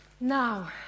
Now